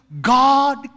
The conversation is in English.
God